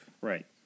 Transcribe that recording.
Right